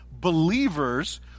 believers